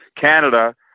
Canada